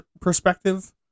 perspective